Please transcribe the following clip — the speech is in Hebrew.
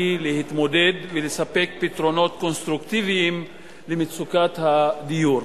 להתמודד ולספק פתרונות קונסטרוקטיביים למצוקת הדיור.